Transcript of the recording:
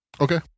Okay